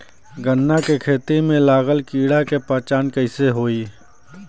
गन्ना के खेती में लागल कीड़ा के पहचान कैसे होयी?